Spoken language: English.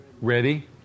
Ready